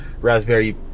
Raspberry